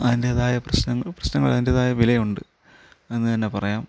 അതിൻ്റെതായ പ്രശ്നങ്ങള് പ്രശ്നങ്ങള് അതിൻ്റെതായ വിലയുണ്ട് എന്ന് തന്നെ പറയാം